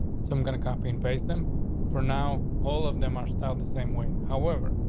so i'm gonna copy and paste them for now, all of them are still the same way. however,